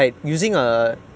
ya ya !huh!